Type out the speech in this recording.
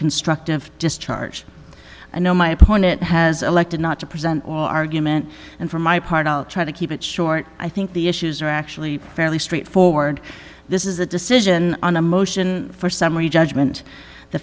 constructive discharge i know my opponent has elected not to present all argument and for my part i'll try to keep it short i think the issues are actually fairly straightforward this is a decision on a motion for summary judgment the